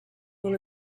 one